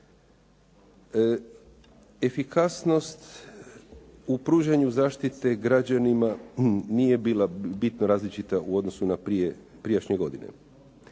Efikasnost u pružanju zaštite građanima nije bila bitno različita u odnosu na prijašnje godine.